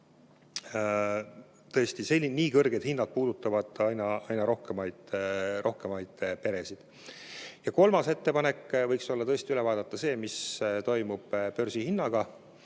tõsta, sest nii kõrged hinnad puudutavad aina rohkemaid peresid. Ja kolmas ettepanek võiks olla vaadata üle, mis toimub börsihinnaga